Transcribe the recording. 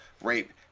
rape